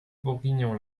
bourguignon